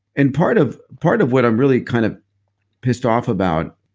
and part of part of what i'm really kind of pissed off about,